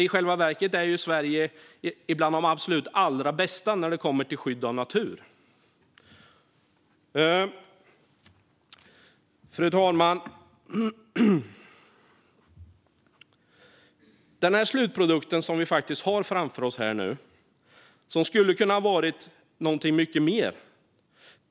I själva verket är ju Sverige bland de absolut bästa när det kommer till skydd av natur. Fru talman! Den slutprodukt som vi har framför oss nu skulle ha kunnat vara någonting mycket mer.